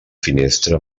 finestra